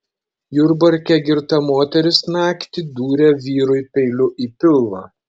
jurbarke girta moteris naktį dūrė vyrui peiliu į pilvą